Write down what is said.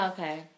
Okay